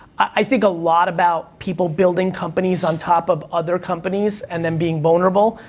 i think a lot about people building companies on top of other companies, and then being vulnerable.